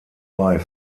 bei